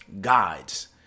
Guides